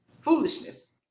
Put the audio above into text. foolishness